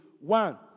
one